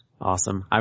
Awesome